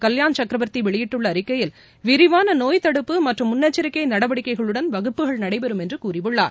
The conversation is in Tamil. கல்யாண் சக்கரவர்த்தி வெளிபிட்டுள்ள அறிக்கையில் விரிவாள நோய்த்தடுப்பு மற்றும் முன்னெச்சரிக்கை நடவடிக்கைகளுடன் வகுப்புகள் நடைபெறம் என்று கூறியுள்ளார்